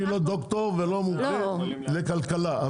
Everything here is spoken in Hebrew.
אני לא דוקטור ולא מומחה לכלכלה,